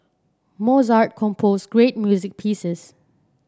Mozart composed great music pieces